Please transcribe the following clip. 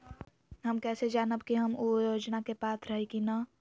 हम कैसे जानब की हम ऊ योजना के पात्र हई की न?